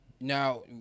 now